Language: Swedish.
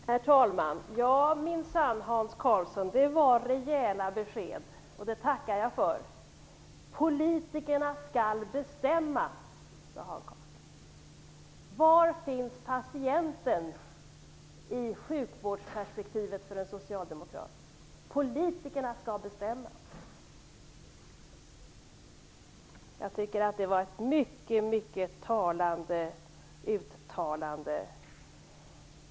Herr talman! Det var minsann rejäla besked, Hans Karlsson, och det tackar jag för. Politikerna skall bestämma, sade Hans Karlsson. Var finns patienten i sjukvårdsperspektivet för en socialdemokrat? Politikerna skall bestämma. Jag tycker att det var ett mycket talande uttalande.